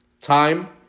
time